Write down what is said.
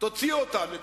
תוציא אותם לצריכה.